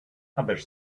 others